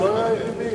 הוא לא היה היחידי.